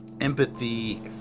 empathy